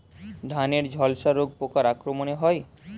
ধানের ঝলসা রোগ পোকার আক্রমণে হয়?